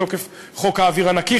מתוקף חוק אוויר נקי,